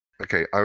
Okay